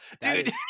Dude